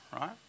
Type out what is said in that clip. right